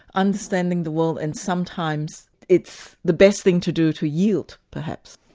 understanding the world and sometimes it's the best thing to do to yield perhaps.